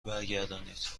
برگردانید